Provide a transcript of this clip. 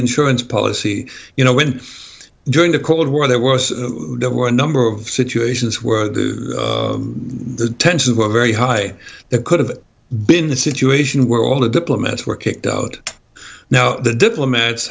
insurance policy you know when during the cold war there were there were a number of situations where the tensions were very high that could have been a situation where all the diplomats were kicked out now the diplomats